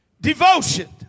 devotion